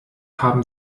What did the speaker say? haben